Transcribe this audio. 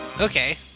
Okay